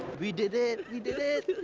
we did it, we did it!